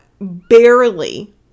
barely